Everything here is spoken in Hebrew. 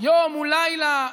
יום הוא לילה.